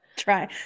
try